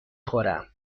خورم